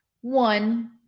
One